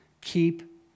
Keep